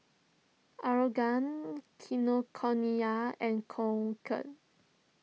Aeroguard Kinokuniya and Conquer